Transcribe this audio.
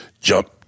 Jump